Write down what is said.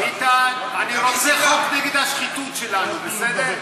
ביטן, אני רוצה חוק נגד השחיתות שלנו, בסדר?